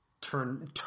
turn